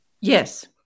Yes